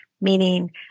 Meaning